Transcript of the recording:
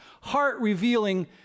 heart-revealing